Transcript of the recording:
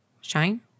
Shine